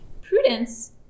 Prudence